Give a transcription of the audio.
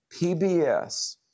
PBS